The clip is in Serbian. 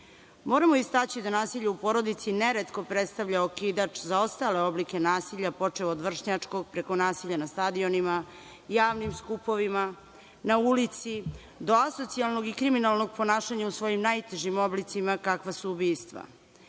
celini. Moramo istaći da nasilje u porodici neretko predstavlja okidač za ostale oblike nasilja, počev od vršnjačkog, preko nasilja na stadionima, javnim skupovima, na ulici, do asocijalnog i kriminalnog ponašanja u svojim najtežim oblicima kakva su ubistva.